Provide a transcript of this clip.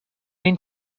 need